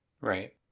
Right